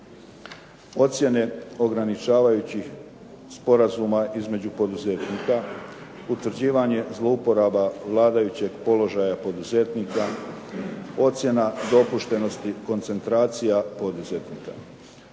Ocjene ograničavajućih sporazuma između poduzetnika, utvrđivanje zlouporaba vladajućeg položaja poduzetnika, ocjena dopuštenosti koncentracija poduzetnika.